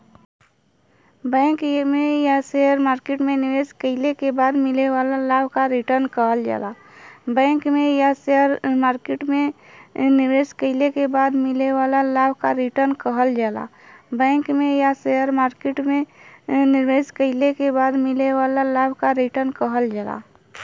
bank में या share market में निवेश कइले के बाद मिले वाला लाभ क रीटर्न कहल जाला